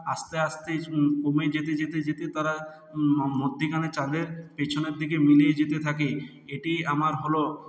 আস্তে আস্তে কমে যেতে যেতে যেতে তারা মধ্যিখানে চাঁদের পেছনের দিকে মিলিয়ে যেতে থাকে এটি আমার হল